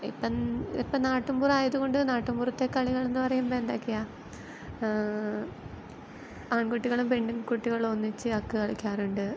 ഇപ്പം ഇപ്പോൾ നാട്ടുംപുറം ആയതുകൊണ്ട് നാട്ടുംപുറത്തെ കളികൾ എന്ന് പറയുമ്പോൾ എന്തൊക്കെയാണ് ആൺകുട്ടികളും പെൺകുട്ടികളും ഒന്നിച്ച് അക്ക് കളിക്കാറുണ്ട്